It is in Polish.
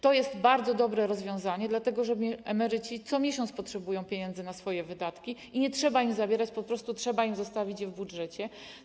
To jest bardzo dobre rozwiązanie, dlatego że emeryci co miesiąc potrzebują pieniędzy na swoje wydatki i nie trzeba im ich zabierać, po prostu trzeba im zostawić je w budżecie.